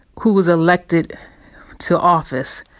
who was elected to office,